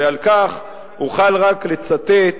ועל כך אוכל רק לצטט